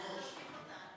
אז תוסיף אותה.